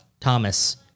Thomas